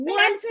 one